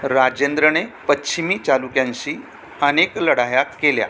राजेंद्रने पश्चिमी चालुक्यांशी अनेक लढाया केल्या